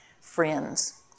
Friends